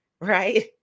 Right